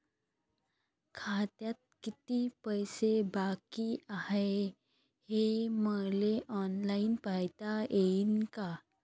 खात्यात कितीक पैसे बाकी हाय हे मले ऑनलाईन पायता येईन का?